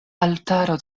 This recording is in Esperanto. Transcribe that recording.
altaro